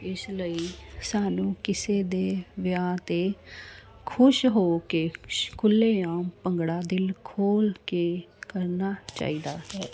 ਇਸ ਲਈ ਸਾਨੂੰ ਕਿਸੇ ਦੇ ਵਿਆਹ 'ਤੇ ਖੁਸ਼ ਹੋ ਕੇ ਖੁੱਲ੍ਹੇਆਮ ਭੰਗੜਾ ਦਿਲ ਖੋਲ੍ਹ ਕੇ ਕਰਨਾ ਚਾਹੀਦਾ ਹੈ